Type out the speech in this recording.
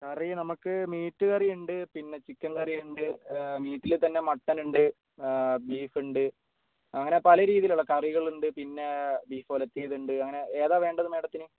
കറി നമുക്ക് മീറ്റ് കറി ഉണ്ട് പിന്നെ ചിക്കൻ കറി ഉണ്ട് മീറ്റിൽ തന്നെ മട്ടനുണ്ട് ബീഫുണ്ട് അങ്ങനെ പല രീതിയിലുള്ള കറികളുണ്ട് പിന്നെ ബീഫ് ഉലത്തിയതുണ്ട് അങ്ങനെ ഏതാ വേണ്ടത് മാഡത്തിന്